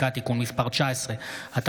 הפסקת כהונה של ראש הממשלה או שר מחמת הגשת כתב